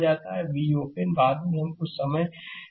Vopen बाद में हम कुछ समय देखेंगे